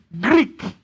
Greek